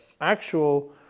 actual